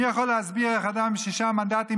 מי יכול להסביר איך אדם עם שישה מנדטים